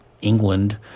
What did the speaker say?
England